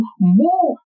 move